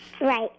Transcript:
Right